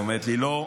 היא אומרת לי: לא,